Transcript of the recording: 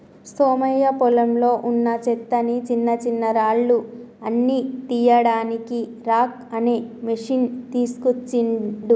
సోమయ్య పొలంలో వున్నా చెత్తని చిన్నచిన్నరాళ్లు అన్ని తీయడానికి రాక్ అనే మెషిన్ తీస్కోచిండు